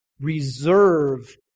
reserve